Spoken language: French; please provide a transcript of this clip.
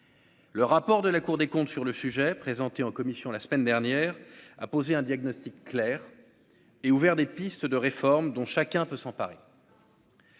le rapport de la Cour des comptes sur le sujet, présenté en commission la semaine dernière à poser un diagnostic clair et ouvert des pistes de réforme dont chacun peut s'emparer